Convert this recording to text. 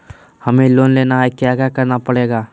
हमें लोन लेना है क्या क्या करना पड़ेगा?